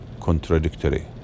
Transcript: contradictory